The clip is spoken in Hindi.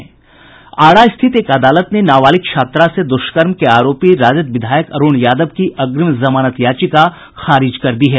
आरा स्थित एक अदालत ने नाबालिग छात्रा से दुष्कर्म के आरोपी राजद विधायक अरुण यादव की अग्रिम जमानत याचिका खारिज कर दी है